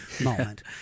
moment